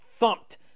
thumped